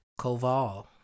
Koval